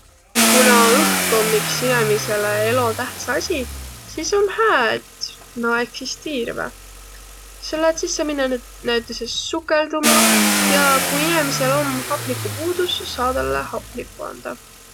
Kuna õhk om iks inemisele elotähtsä asi, sis om hää, et na eksistiirväq. Selle et sis saa minnäq näütüses sukõlduma ja kui inemisel om hapnikupuudus, saa tälle hapnikku andaq.